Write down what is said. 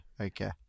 Okay